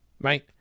right